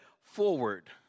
Forward